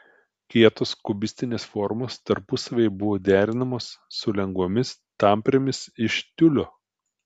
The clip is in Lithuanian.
kietos kubistinės formos tarpusavyje buvo derinamos su lengvomis tamprėmis iš tiulio